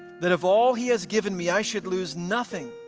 that of all he has given me i should lose nothing,